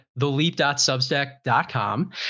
theleap.substack.com